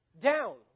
down